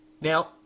now